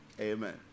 Amen